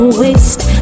waste